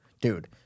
dude